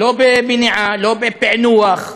לא במניעה, לא בפענוח,